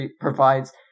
provides